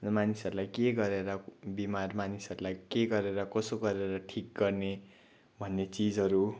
मानिसहरूलाई के गरेर बिमार मानिसहरूलाई के गरेर कसो गरेर ठिक गर्ने भन्ने चिजहरू